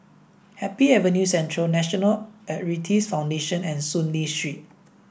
Happy Avenue Central National Arthritis Foundation and Soon Lee Street